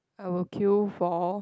I would queue for